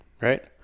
Right